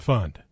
Fund